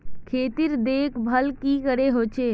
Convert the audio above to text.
खेतीर देखभल की करे होचे?